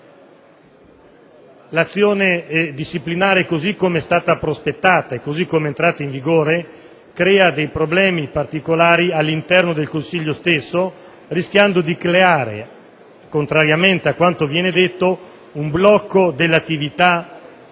L'azione disciplinare, così com'è stata prospettata e così com'è entrata in vigore, crea dei problemi particolari all'interno del Consiglio stesso, rischiando di creare, contrariamente a quanto viene detto, un blocco dell'attività disciplinare